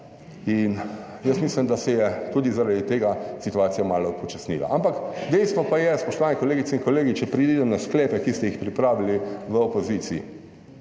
in jaz mislim, da se je tudi zaradi tega situacija malo upočasnila. Ampak, dejstvo pa je, spoštovani kolegice in kolegi, če preidem na sklepe, ki ste jih pripravili v opoziciji.